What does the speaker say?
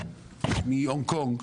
מהונג-קונג,